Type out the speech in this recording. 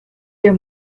der